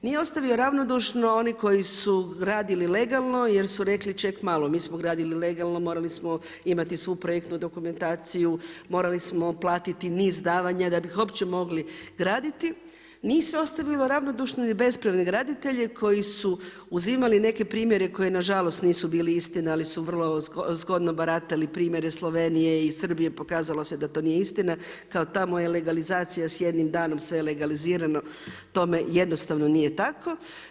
Nije ostavio ravnodušne oni koji su radili legalno jer su rekli ček malo mi smo gradili legalno morali smo imati svu projektnu dokumentaciju, morali smo platiti niz davanja da bi uopće mogli graditi, nisu ostali ravnodušni ni bespravni graditelji koji su uzimali neke primjere koji nažalost nisu bili istina ali su vrlo zgodno baratali primjere Slovenije i Srbije, pokazalo se da to nije istina kao tamo je legalizacija s jednim danom sve je legalizirano, tome jednostavno nije tako.